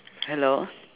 hello